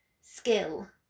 skill